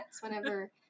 whenever